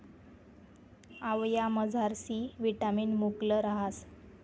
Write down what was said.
आवयामझार C vitamin मुकलं रहास